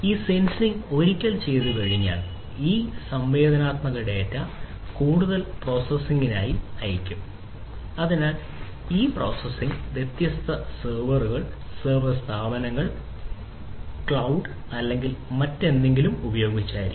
ഈ സെൻസിംഗ് അല്ലെങ്കിൽ മറ്റേതെങ്കിലും ഉപയോഗിച്ചായിരിക്കും